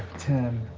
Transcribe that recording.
ten,